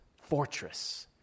fortress